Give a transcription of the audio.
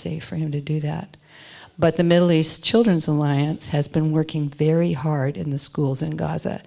safe for him to do that but the middle east children's alliance has been working very hard in the schools in gaza